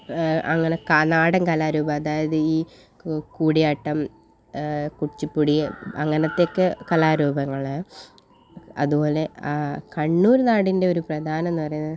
അങ്ങനെ ക നാടൻ കലാരൂപം അതായത് ഈ കൂടിയാട്ടം കുച്ചിപ്പുടി അങ്ങനത്തേയൊക്കെ കലാരൂപങ്ങൾ അതുപോലെ കണ്ണൂർ നാടിൻ്റെ ഒരു പ്രധാനം എന്ന് പറയുന്നത്